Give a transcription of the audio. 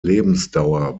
lebensdauer